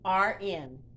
RN